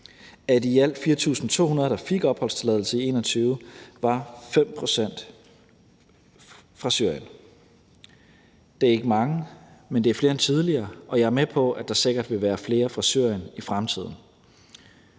der fik permanent opholdstilladelse, var 5 pct. fra Syrien. Det er ikke mange, men det er flere end tidligere, og jeg er med på, at der sikkert vil være flere fra Syrien i fremtiden.